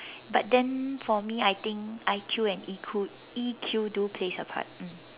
but then for me I think I_Q and E_Q E_Q do plays a part mm